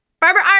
Barbara